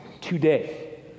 today